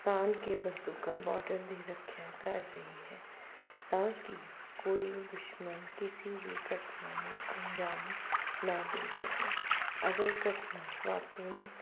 ਤਾਣ ਕੇ ਬੰਦੂਕਾਂ ਬੋਰਡਰ ਦੀ ਰੱਖਿਆ ਕਰ ਰਹੀ ਹੈ ਤਾਂ ਕਿ ਕੋਈ ਦੁਸ਼ਮਣ ਕਿਸੇ ਵੀ ਘਟਨਾ ਨੂੰ ਅੰਜਾਮ ਨਾ ਦੇ ਸਕਣ ਅਗਰ ਘਟਨਾ ਵਾਪਰਨ